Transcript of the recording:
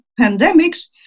pandemics